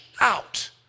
out